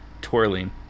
twirling